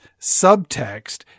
subtext